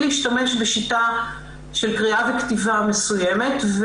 להשתמש בשיטה של קריאה וכתיבה מסוימות,